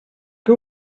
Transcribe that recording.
que